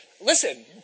listen